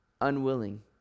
unwilling